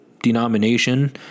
Denomination